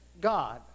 God